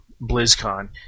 BlizzCon